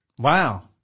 Wow